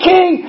King